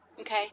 Okay